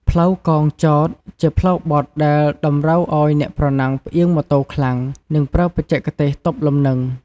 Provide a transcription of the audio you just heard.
ផ្លូវកោងចោត ជាផ្លូវបត់ដែលតម្រូវឲ្យអ្នកប្រណាំងផ្អៀងម៉ូតូខ្លាំង និងប្រើបច្ចេកទេសទប់លំនឹង។